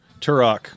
Turok